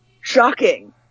shocking